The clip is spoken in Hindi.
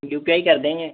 यू पी आई कर देंगे